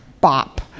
bop